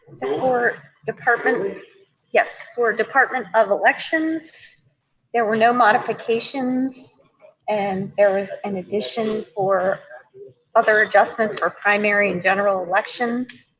so for department yes, for department of elections there were no modifications and there was an addition for other adjustments for primary and general elections.